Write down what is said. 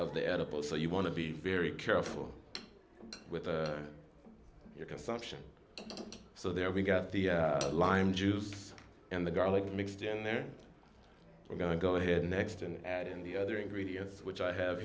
of the oedipal so you want to be very careful with your consumption so there we got the lime juice and the garlic mixed in there we're going to go ahead next and add in the other ingredients which i have